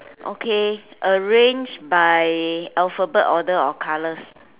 okay arrange by alphabet order or colours